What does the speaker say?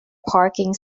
parking